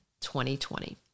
2020